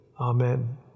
Amen